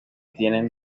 tienen